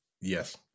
Yes